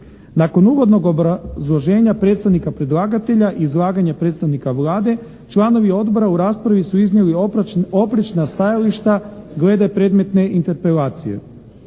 Nakon uvodnog obrazloženja predstavnika predlagatelja, izlaganja predstavnika Vlade, članovi odbora u raspravi su iznijeli oprečna stajališta glede predmetne interpelacije.